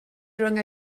rhwng